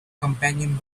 companion